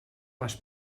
les